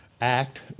act